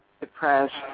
depressed